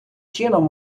чином